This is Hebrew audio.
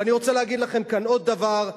ואני רוצה להגיד לכם כאן עוד דבר,